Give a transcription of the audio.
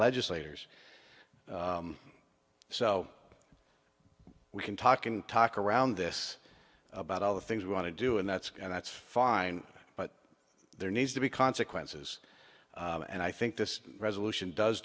legislators so we can talk and talk around this about all the things we want to do and that's and that's fine but there needs to be consequences and i think this resolution does